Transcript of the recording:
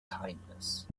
kindness